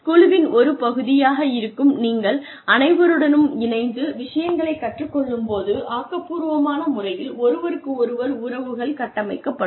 குழுவின் ஒரு பகுதியாக இருக்கும் நீங்கள் அனைவருடனும் இணைந்து விஷயங்களைக் கற்றுக் கொள்ளும்போது ஆக்கப்பூர்வமான முறையில் ஒருவருக்கொருவர் உறவுகள் கட்டமைக்கப்படும்